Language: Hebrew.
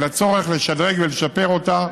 עם הצורך לשדרג ולשפר אותה.